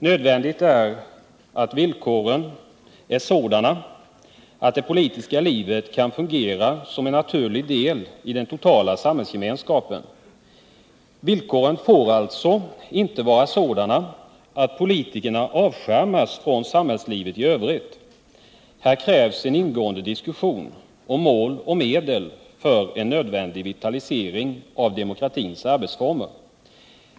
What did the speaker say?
Nödvändigt är att villkoren är sådana, att det politiska livet kan fungera som en naturlig del iden totala samhällsgemenskapen. Villkoren får alltså inte vara sådana, att politikerna avskärmas från samhällslivet i övrigt. Här krävs en ingående diskussion om mål och medel för en nödvändig vitalisering av demokratins arbetsformer.